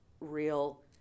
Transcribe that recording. real